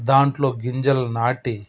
దాంట్లో గింజలు నాటి